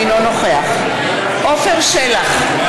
אינו נוכח עפר שלח,